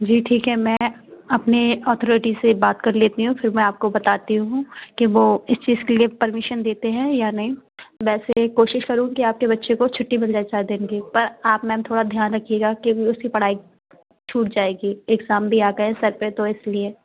जी ठीक है मैं अपने ऑथोरेटी से बात कर लेती हूँ फिर मैं आपको बताती हूँ कि वो इस चीज़ के लिए परमीशन देते हैं या नई वैसे कोशिश करूँगी कि आपके बच्चे को छुट्टी मिल जाए चार दिन की पर आप मैम थोड़ा ध्यान रखिएगा कि अभी उसकी पढ़ाई छूट जाएगी एग्ज़ाम भी आ गए हैं सर पे तो इसलिए